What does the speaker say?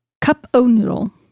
Cup-o-noodle